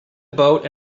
boat